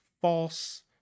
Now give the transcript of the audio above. false